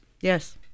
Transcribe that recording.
Yes